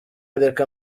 reka